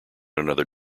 another